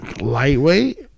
lightweight